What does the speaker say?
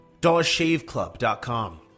dollarshaveclub.com